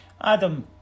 Adam